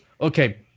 okay